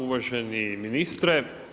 Uvaženi ministre.